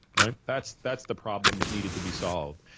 right? that's that's the problem that needed to be solved,